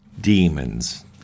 Demons